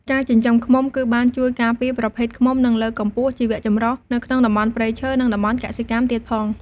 ការចិញ្ចឹមឃ្មុំគឺបានជួយការពារប្រភេទឃ្មុំ និងលើកកម្ពស់ជីវចម្រុះនៅក្នុងតំបន់ព្រៃឈើ និងតំបន់កសិកម្មទៀតផង។